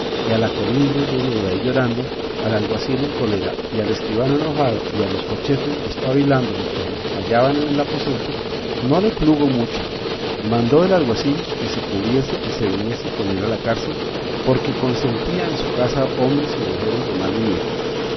a la colindres desnuda y llorando al alguacil en cólera y al escribano enojado y a los corchetes despabilando lo que hallaban en el aposento no le plugo mucho mandó el alguacil que se cubriese y se viniese con él a la cárcel porque consentía en su casa hombres y mujeres de mal vivir